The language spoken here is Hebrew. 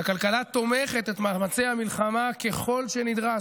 כשהכלכלה תומכת את מאמצי המלחמה ככל שנדרש,